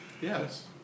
Yes